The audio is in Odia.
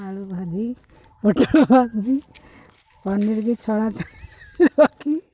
ଆଳୁ ଭାଜି ପୋଟଳ ଭାଜି ପନିର ବି ଛଣାଛଣି ରଖି